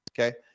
okay